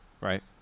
right